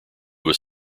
was